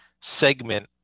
segment